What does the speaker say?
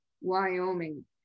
Wyoming